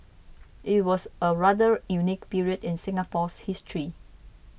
it was a rather unique period in Singapore's history